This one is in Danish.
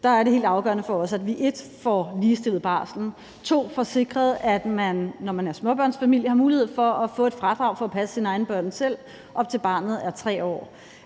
er det helt afgørende for os, at vi får ligestillet barslen; at vi får sikret, at man, når man er småbørnsfamilie, har mulighed for at få et fradrag for at passe sine egne børn selv, op til barnet er 3 år;